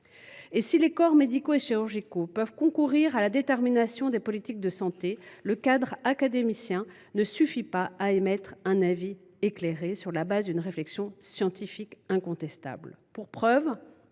Si les corps médicaux et chirurgicaux peuvent concourir à la détermination des politiques de santé, le cadre académicien ne suffit pas à émettre un avis éclairé, sur le fondement d’une réflexion scientifique incontestable. Preuve